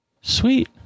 Sweet